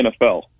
nfl